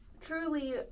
truly